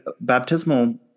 baptismal